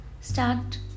start